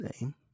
name